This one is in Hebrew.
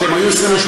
כשהם היו 28?